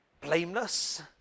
blameless